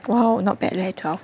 !wow! not bad leh twelve